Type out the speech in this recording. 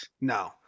No